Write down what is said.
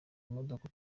imodoka